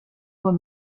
were